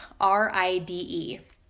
R-I-D-E